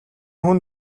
хүн